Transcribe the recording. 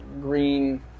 green